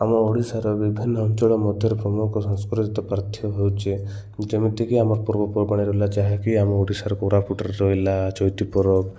ଆମ ଓଡ଼ିଶାର ବିଭିନ୍ନ ଅଞ୍ଚଳ ମଧ୍ୟରେ ପ୍ରମୁଖ ସାଂସ୍କୃତିକ ପାର୍ଥକ୍ୟ ହଉଛି ଯେମିତିକି ଆମର ପର୍ବପର୍ବାଣି ରହିଲା ଯାହାକି ଆମ ଓଡ଼ିଶାର କୋରାପୁଟରେ ରହିଲା ଚୈତି ପର୍ବ